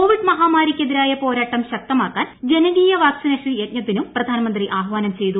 Covid മഹാമാരിക്ക് എതിരായ പോരാട്ടം ശക്തമാക്കാൻ ജനകീയ വാക്സിനേഷൻ യജ്ഞത്തിനും പ്രധാനമന്ത്രി ആഹ്വാനം ചെയ്തു